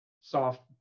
soft